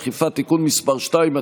אכיפה) (תיקון מס' 2),